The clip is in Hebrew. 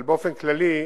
אבל באופן כללי,